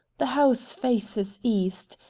the house faces east.